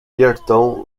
georgetown